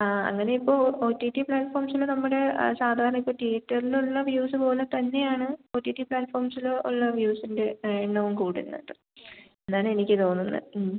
ആ അങ്ങനെ ഇപ്പോൾ ഒ ടി ടി പ്ലാറ്റ്ഫോംസിൽ നമ്മുടെ സാധാരണ ഇപ്പോൾ തിയേറ്ററിലുള്ള വ്യൂസ് പോലെ തന്നെയാണ് ഒ ടി ടി പ്ലാറ്റ്ഫോംസിലും ഉള്ള വ്യൂസിൻ്റെ എണ്ണവും കൂടുന്നത് എന്നാണെനിക്ക് തോന്നുന്നത്